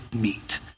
meet